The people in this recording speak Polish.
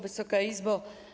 Wysoka Izbo!